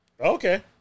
Okay